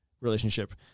relationship